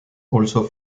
also